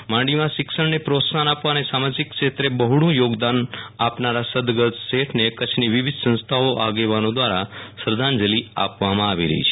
માંડવીમાં શિક્ષણને પ્રોત્સાફન આપવા અને સામાજીકક્ષેત્રે બહોળુ યોગદાન આપનારા સદગત શેઠને કચ્છની વિવિધ સંસ્થાઓ આગેવાનો દ્રારા શ્રધ્ધાંજલિ આપવામાં આવી રહી છે